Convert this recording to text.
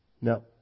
No